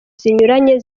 zinyuranye